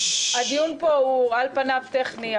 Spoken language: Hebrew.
הדיון פה הוא על פניו טכני,